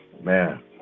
Man